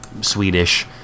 Swedish